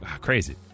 Crazy